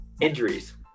Injuries